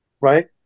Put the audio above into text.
Right